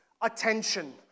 attention